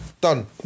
Done